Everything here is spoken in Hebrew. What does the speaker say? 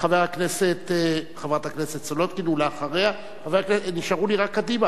חבר הכנסת מג'אדלה, ואחריו